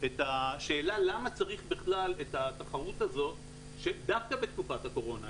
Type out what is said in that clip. את השאלה למה צריך בכלל את התחרות הזאת דווקא בתקופת הקורונה.